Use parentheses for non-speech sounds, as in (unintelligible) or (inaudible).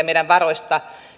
(unintelligible) meidän varoista